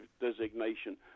designation